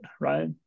right